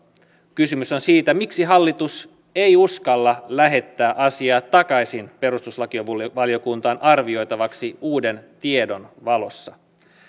kysymys on siitä miksi hallitus ei uskalla lähettää asiaa takaisin perustuslakivaliokuntaan arvioitavaksi uuden tiedon valossa